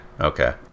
okay